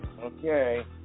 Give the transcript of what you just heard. Okay